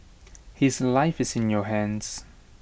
his life is in your hands